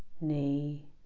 knee